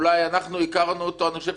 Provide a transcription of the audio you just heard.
אולי אנחנו הכרנו אותו אני חושב,